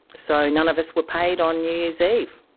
so none of us were paid on new year's eve.